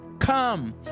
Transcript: come